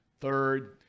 third